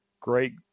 Great